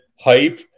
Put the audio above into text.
hype